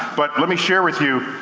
but let me share with you.